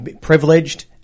privileged